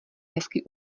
hezky